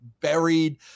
buried